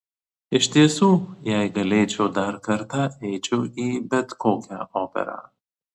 iš tiesų jei galėčiau dar kartą eičiau į bet kokią operą